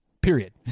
period